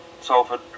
Salford